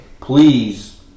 please